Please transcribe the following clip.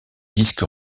disque